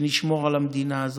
שנשמור על המדינה הזאת,